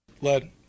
Led